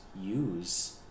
use